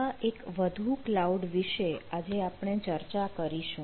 આવા એક વધુ ક્લાઉડ વિશે આજે આપણે ચર્ચા કરીશું